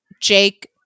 Jake